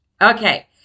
okay